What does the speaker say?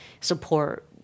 support